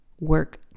work